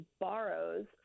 borrows